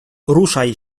ruszaj